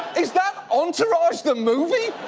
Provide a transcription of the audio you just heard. is that entourage the movie?